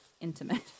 Intimate